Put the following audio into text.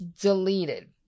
deleted